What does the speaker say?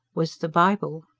was the bible.